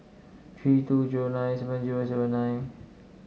three two zero nine seven zero seven nine